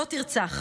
"לא תרצח"